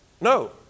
no